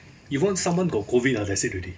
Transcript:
if once someone got COVID ah that's it already